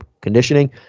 conditioning